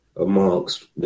amongst –